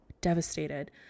devastated